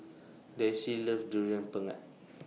Daisye loves Durian Pengat